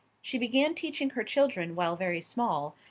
she began teaching her children while very small,